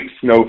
snow